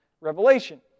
Revelation